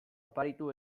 oparitu